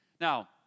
Now